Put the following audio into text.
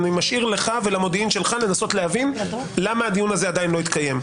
אני משאיר לך ולמודיעין שלך לנסות להבין למה הדיון הזה עדיין לא התקיים.